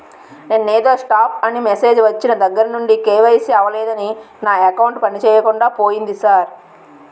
నిన్నేదో స్టాప్ అని మెసేజ్ ఒచ్చిన దగ్గరనుండి కే.వై.సి అవలేదని నా అకౌంట్ పనిచేయకుండా పోయింది సార్